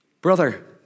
Brother